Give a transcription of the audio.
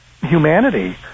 humanity